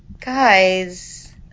guys